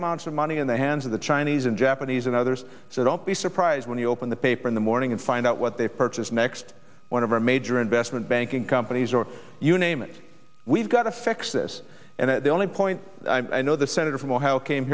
amounts of money in the hands of the chinese and japanese and others so don't be surprised when you open the paper in the morning and find out what they purchase next one of our major investment banking companies or you name it we've got to fix this and the only point i know the senator from ohio came